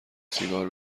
سیگار